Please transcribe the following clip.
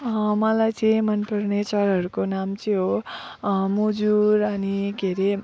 मलाई चाहिँ मनपर्ने चराहरूको नाम चाहिँ हो मजुर अनि के अरे